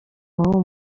abo